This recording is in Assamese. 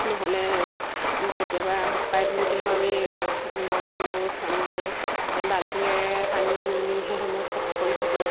নহ'লে কেতিয়াবা পাইপ নিদিলেও আমি মই আৰু মোৰ স্বামীয়ে বাল্টিঙেৰে পানী নি সেইসমূহ চাফা কৰি থাকোঁ